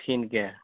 ক্ষীণকৈ